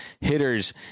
hitters